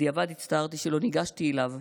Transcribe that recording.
בדיעבד הצטערתי שלא ניגשתי אליו,